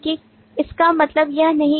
संरचना मॉडल फिर से वर्ग है